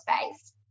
space